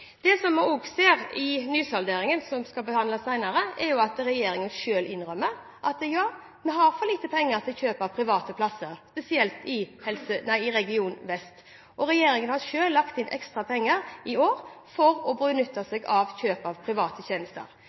Det som vi også ser i nysalderingen, som vi skal behandle senere, er at regjeringen selv innrømmer at vi har for lite penger til kjøp av private plasser, spesielt i Region vest. Regjeringen har selv lagt inn ekstra penger i år for å benytte seg av kjøp av private tjenester.